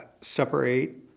separate